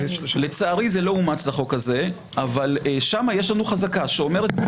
לא אומץ לחוק הזה אבל שם יש לנו חזקה שאומרת-